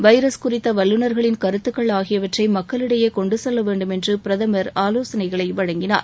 virus குறித்த வல்லுனா்களின் கருத்துகள் ஆகியவற்றை மக்களிடையே கொண்டு செல்ல வேண்டும் என்று பிரதமர் ஆலோசனைகளை வழங்கினார்